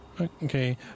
Okay